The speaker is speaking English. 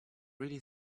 really